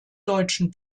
deutschen